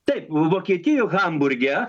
taip vokietijoj hamburge